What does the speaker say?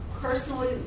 personally